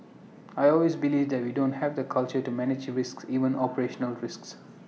I always believe that we don't have the culture to manage risks even operational risks